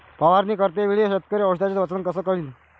फवारणी करते वेळी शेतकरी औषधचे वजन कस करीन?